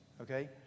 Okay